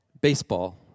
Baseball